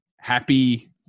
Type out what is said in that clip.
Happy